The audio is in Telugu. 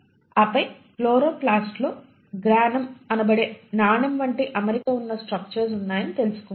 ఆపై క్లోరోప్లాస్ట్ లో గ్రానం అనబడే నాణెం వంటి అమరిక ఉన్న స్ట్రక్చర్స్ ఉన్నాయని తెలుసుకుంటారు